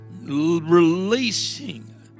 releasing